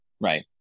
Right